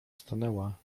stanęła